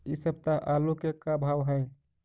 इ सप्ताह आलू के का भाव है?